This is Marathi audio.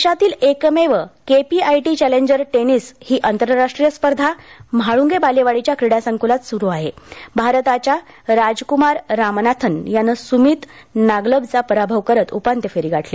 देशातील एकमेव केपीआयटी चॅलेंजर टेनिस ही आंतरराष्टीय स्पर्धा म्हाळंगे बालेवाडीच्या क्रीडासंकुलात सुरु आहे भारताच्या राजक्रमार रामनाथन यानं सुमित नागलबचा पराभव करत उपांत्य फेरी गाठली